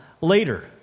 later